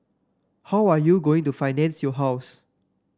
how are you going to finance your house